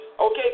Okay